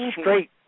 straight